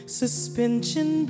suspension